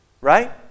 Right